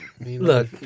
Look